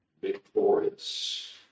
victorious